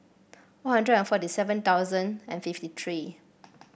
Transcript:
One Hundred and forty seven thousand and fifty three